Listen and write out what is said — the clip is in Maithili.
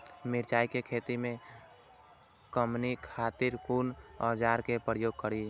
मिरचाई के खेती में कमनी खातिर कुन औजार के प्रयोग करी?